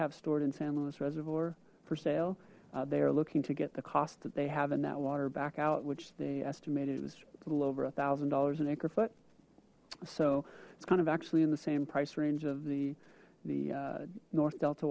have stored in san luis reservoir for sale they are looking to get the cost that they have in that water back out which they estimated it was a little over a thousand dollars an acre foot so it's kind of actually in the same price range of the the north delta